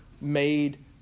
made